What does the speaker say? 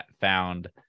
found